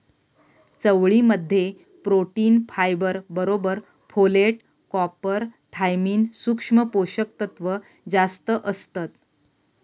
चवळी मध्ये protein, fibre बरोबर फोलेट, कॉपर, थायमिन, सुक्ष्म पोषक तत्त्व जास्तं असतत